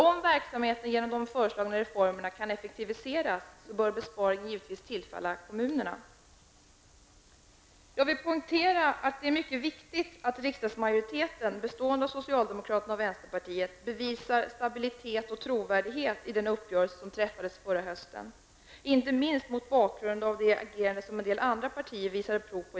Om verksamheten genom de föreslagna reformerna kan effektiviseras, skall besparingarna givetvis tillfalla kommunerna. Jag vill poängtera att det är mycket viktigt att riksdagens majoritet bestående av socialdemokrater och vänsterpartiet visar stabilitet och trovärdighet i den uppgörelse som träffades förra hösten, inte minst mot bakgrund av det agerande som en del partier visar prov på.